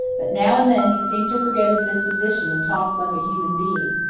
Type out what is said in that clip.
but now and then he seemed to forget his disposition and talked like a human being.